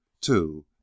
two